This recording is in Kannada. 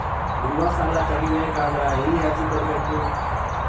ಗೃಹ ಸಾಲಾ ತಗಿ ಬೇಕಾದರ ಎಲ್ಲಿ ಅರ್ಜಿ ಕೊಡಬೇಕು?